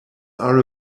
are